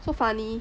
so funny